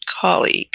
colleague